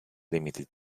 limited